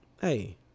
hey